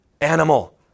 animal